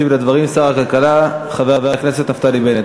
ישיב על הדברים שר הכלכלה, חבר הכנסת נפתלי בנט.